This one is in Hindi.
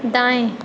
दाएं